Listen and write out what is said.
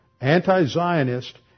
anti-Zionist